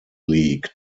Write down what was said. league